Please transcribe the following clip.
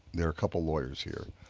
there are a couple lawyers here.